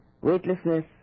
weightlessness